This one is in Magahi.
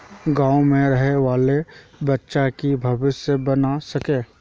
गाँव में रहे वाले बच्चा की भविष्य बन सके?